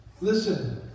Listen